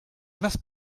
must